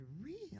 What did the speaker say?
real